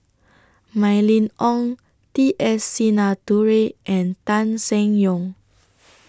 Mylene Ong T S Sinnathuray and Tan Seng Yong